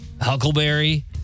huckleberry